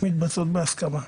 מתבצעות בהסכמה.